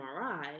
MRI